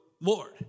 Lord